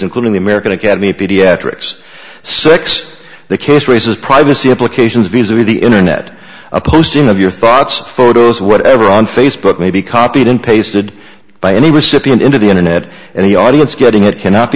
including the american academy of pediatrics sex the case raises privacy implications visa or the internet a posting of your thoughts photos whatever on facebook may be copied and pasted by any recipient into the internet and the audience getting it cannot